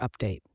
update